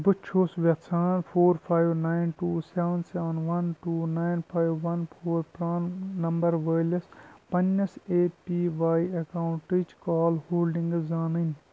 بہٕ چھُس یَژھان four five nine two seven seven one two nine five one four پران نمبر وٲلِس پنٕنِس اےٚ پی واٮٔی اکاؤنٹٕچ کال ہولڈنگٕز زانٕنۍ